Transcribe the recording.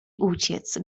uciec